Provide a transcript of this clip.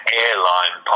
airline